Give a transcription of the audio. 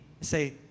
say